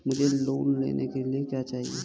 मुझे लोन लेने के लिए क्या चाहिए?